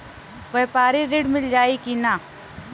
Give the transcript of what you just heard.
व्यापारी ऋण मिल जाई कि ना?